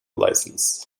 license